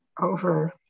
over